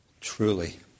truly